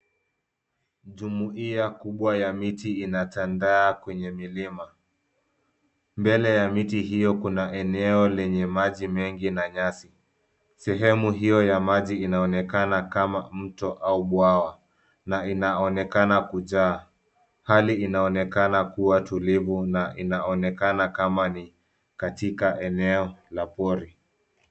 Jumuiya kubwa ya miti inatambaa kwenye milima, mbele ya miti hiyo kuna eneo lenye maji mengi na nyasi. Sehemu hiyo ya maji inaonekana kama mto au bwawa na inaonekana kujaa. Hali inaonekana kuwa tulivu na inaonekana kama ni katika eneo la pori.